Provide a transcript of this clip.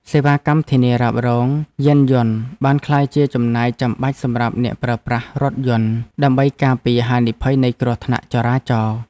សេវាកម្មធានារ៉ាប់រងយានយន្តបានក្លាយជាចំណាយចាំបាច់សម្រាប់អ្នកប្រើប្រាស់រថយន្ត ដើម្បីការពារហានិភ័យនៃគ្រោះថ្នាក់ចរាចរណ៍។